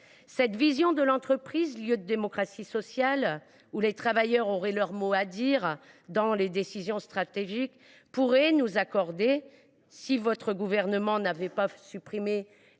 telle vision de l’entreprise, lieu de démocratie sociale où les travailleurs auraient leur mot à dire sur les décisions stratégiques, si votre gouvernement n’avait pas supprimé